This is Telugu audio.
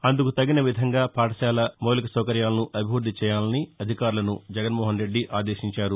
అందుకు తగిన విధంగా పాఠశాలల మౌలిక సౌకర్యాలను అభివృద్ధి చేయాలని అధికారులను జగన్మోహన్ రెడ్ది ఆదేశించారు